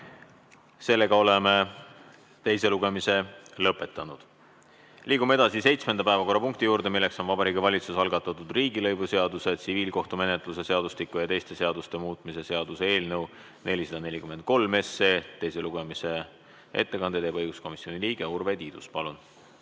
toetust. Oleme teise lugemise lõpetanud. Liigume edasi seitsmenda päevakorrapunkti juurde, milleks on Vabariigi Valitsuse algatatud riigilõivuseaduse, tsiviilkohtumenetluse seadustiku ja teiste seaduste muutmise seaduse eelnõu 443 teine lugemine. Ettekande teeb õiguskomisjoni liige Urve Tiidus. Palun!